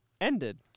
ended